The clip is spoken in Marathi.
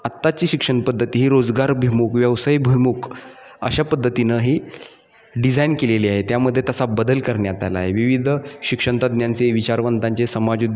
आत्ताची शिक्षण पद्धती ही रोजगारभिमूक व्यवसाय भिमुक अशा पद्धतीनं हे डिझाईन केलेली आहे त्यामध्ये तसा बदल करण्यात आलाय विविध शिक्षणतज्ञांचे विचारवंतांचे समाज